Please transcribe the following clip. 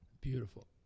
Beautiful